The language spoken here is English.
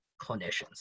clinicians